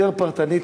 יותר פרטנית,